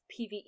PvE